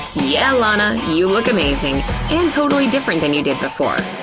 yeah, lana, you look amazing and totally different than you did before.